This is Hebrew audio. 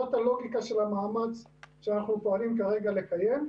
זאת הלוגיקה של המאמץ שאנחנו פועלים כרגע לקיים,